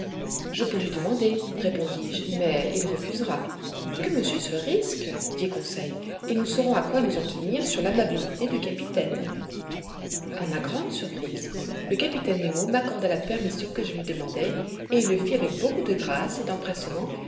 je peux le lui demander répondis-je mais il refusera que monsieur se risque dit conseil et nous saurons à quoi nous en tenir sur l'amabilité du capitaine a ma grande surprise le capitaine nemo m'accorda la permission que je lui demandais et il le fit avec beaucoup de grâce et d'empressement